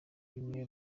bimwe